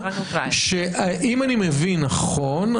שאם אני מבין נכון,